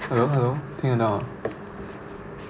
hello hello 听得到吗